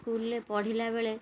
ସ୍କୁଲ୍ରେ ପଢ଼ିଲା ବେଳେ